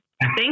Thank